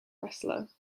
wrestler